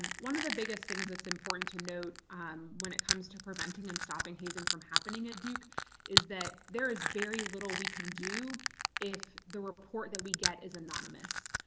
and one of the biggest things that's important to note um when it comes to preventing and stopping hazing from happening at ah duke is that there is very little we can do if the report that we get is anonymous.